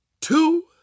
two